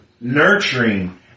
nurturing